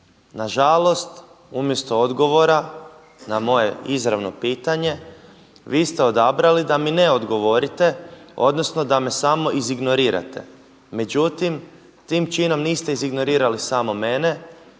Nažalost, umjesto odgovora na moje izravno pitanje, vi ste odabrali da mi ne odgovorite odnosno da me samo iz ignorirate. Međutim, tim činom niste iz ignorirali samo mene,